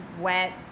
wet